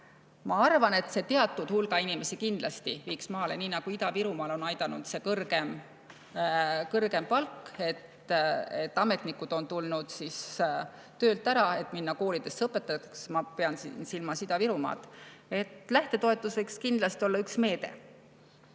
Ma arvan, et see teatud hulga inimesi kindlasti viiks maale, nii nagu Ida-Virumaal on kõrgem palk aidanud kaasa, et ametnikud on tulnud töölt ära, et minna koolidesse õpetajaks. Ma pean silmas just Ida-Virumaad. Lähtetoetus võiks kindlasti olla üks meede.